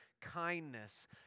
kindness